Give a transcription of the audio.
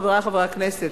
חברי חברי הכנסת,